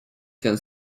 can